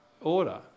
order